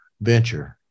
venture